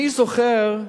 אני זוכר,